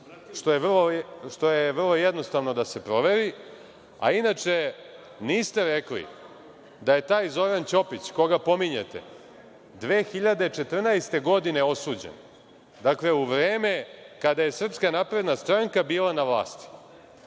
što je vrlo jednostavno da se proveri. Inače, niste rekli da je taj Zoran Ćopić, koga pominjete, 2014. godine osuđen. Dakle, u vreme kada je SNS bila na vlasti.